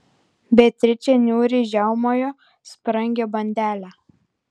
beatričė niūriai žiaumojo sprangią bandelę